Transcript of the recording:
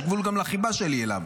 יש גבול גם לחיבה שלי אליו.